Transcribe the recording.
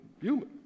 human